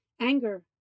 Anger